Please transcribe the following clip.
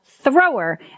thrower